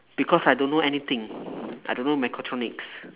because I don't know anything I don't know mechatronics